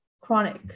chronic